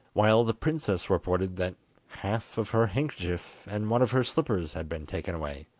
while the princess reported that half of her handkerchief and one of her slippers had been taken away.